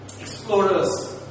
Explorers